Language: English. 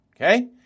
Okay